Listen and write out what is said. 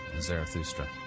Zarathustra